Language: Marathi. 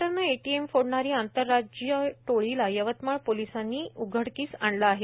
गॅस कटरने एटीएम फोडणारी आंतरराज्यीय टोळीला यवतमाळ पोलिसांनी उघडकीस केला आहे